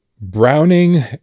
browning